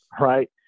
right